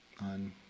on